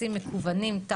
בוקר טוב לכולם,